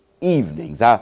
evenings